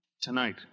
Tonight